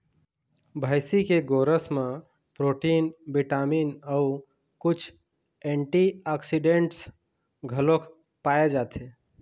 भइसी के गोरस म प्रोटीन, बिटामिन अउ कुछ एंटीऑक्सीडेंट्स घलोक पाए जाथे